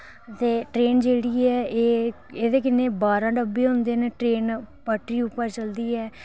ते ट्रेन जेह्ड़ी ऐ एह् एह्दे किन्ने बारां डब्बे होंदे ट्रेन पटरी उप्पर चलदी ऐ